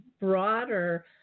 broader